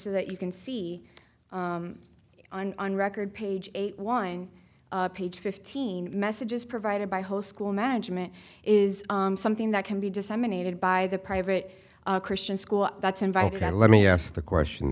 so that you can see it on on record page eight wine page fifteen messages provided by whole school management is something that can be disseminated by the private christian school that's invited and let me ask the question